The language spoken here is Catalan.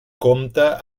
compta